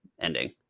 ending